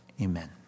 Amen